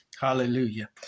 Hallelujah